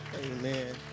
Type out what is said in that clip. Amen